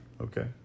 Okay